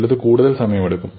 ചിലത് കൂടുതൽ സമയമെടുക്കും